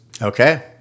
Okay